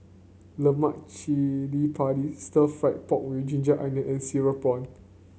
Lemak Cili Padi stir fry pork with ginger onion and cereal prawn